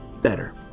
better